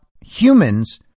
humans